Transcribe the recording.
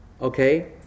okay